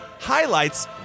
highlights